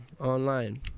online